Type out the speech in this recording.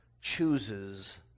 chooses